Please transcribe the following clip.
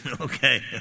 Okay